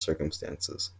circumstances